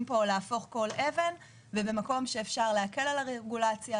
להפוך כל אבן ובמקום שאפשר להקל על הרגולציה,